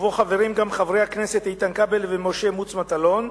ובו חברים גם חברי הכנסת איתן כבל ומשה מוץ מטלון.